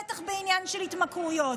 בטח בעניין של התמכרויות,